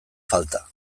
falta